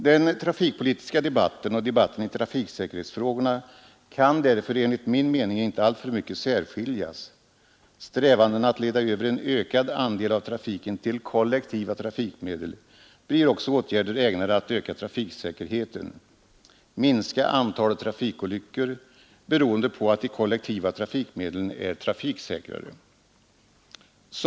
Den trafikpolitiska debatten och debatten i trafiksäkerhetsfrågorna kan därför enligt min mening inte alltför mycket särskiljas — strävandena att leda över en ökad andel av trafiken till kollektiva trafikmedel innebär också åtgärder ägnade att öka trafiksäkerheten och minska antalet trafikolyckor, beroende på att de kollektiva färdmedlen är trafiksäkrare.